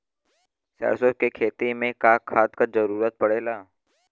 सरसो के खेती में का खाद क जरूरत पड़ेला?